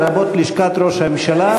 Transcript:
לרבות לשכת ראש הממשלה,